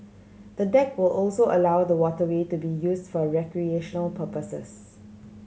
the deck will also allow the waterway to be used for recreational purposes